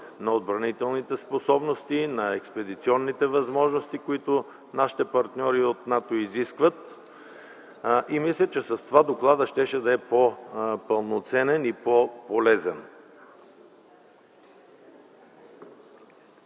на отбранителните способности, на експедиционните възможности, които изискват нашите партньори от НАТО. Мисля, че с това докладът щеше да бъде по-пълноценен и по-полезен.